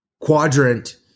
quadrant